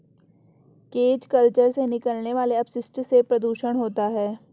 cage culture से निकलने वाले अपशिष्ट से प्रदुषण होता है